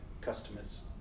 customers